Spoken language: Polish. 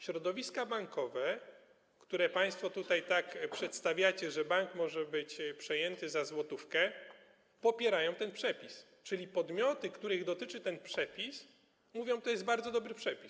Środowiska bankowe - a państwo tak to tutaj przedstawiacie, że bank może być przejęty za złotówkę - popierają ten przepis, czyli podmioty, których dotyczy ten przepis mówią: To jest bardzo dobry przepis.